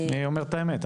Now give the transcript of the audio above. אני אומר את האמת,